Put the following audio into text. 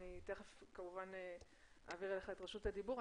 אני תיכף כמובן אעביר אליך את רשות הדיבור,